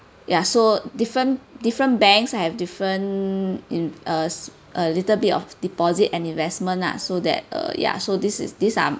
ya so different different banks have different in us a little bit of deposit and investment lah so that err ya so this is these are